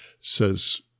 says